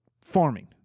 farming